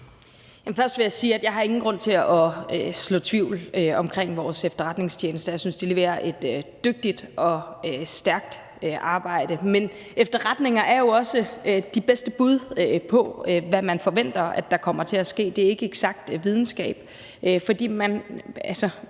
først sige, at jeg ikke har nogen grund til at så tvivl om vores efterretningstjenester. Jeg synes, de leverer et dygtigt og stærkt arbejde. Men efterretninger er jo også det bedste bud på, hvad man forventer at der kommer til at ske. Det er ikke eksakt videnskab.